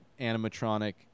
animatronic